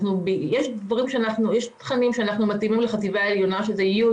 יש תכנים שאנחנו מתאימים לחטיבה העליונה שאלה כיתות י',